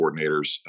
coordinators